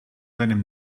deinem